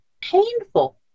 painful